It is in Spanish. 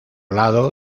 lado